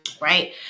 right